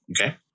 Okay